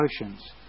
emotions